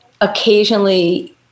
occasionally